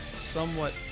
somewhat